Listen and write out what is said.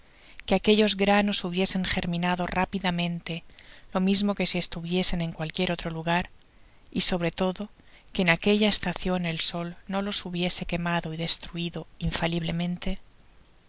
que aquellos granos hubiesen germinado rápidamente lo mismo que si estuviesen en cualquier otro lugar y sobre todo que en aquella estacion el sol no los hubiese quemado y destruido infaliblemente